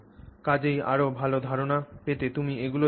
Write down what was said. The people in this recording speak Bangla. কাজেই আরও ভাল ধারণা পেতে তুমি এগুলি দেখতে পার